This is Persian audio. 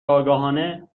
آگاهانه